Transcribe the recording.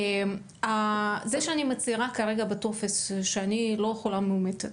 מה קורה אם אני מצהירה כרגע בטופס שאני לא חולה מאומתת,